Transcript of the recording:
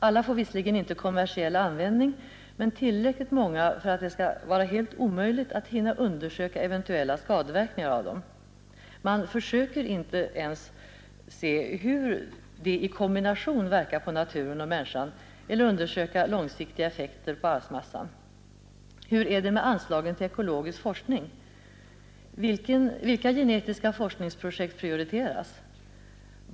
Alla får visserligen inte kommersiell användning, men tillräckligt många för att det skall vara helt omöjligt att hinna undersöka eventuella skadeverkningar av dem. Man försöker inte ens se hur de i kombination verkar på naturen och människan eller undersöka långsiktiga effekter på arvsmassan. Hur är det med anslagen till ekologisk forskning? Vilka genetiska forskningsprojekt prioriteras?